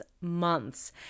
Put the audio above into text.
months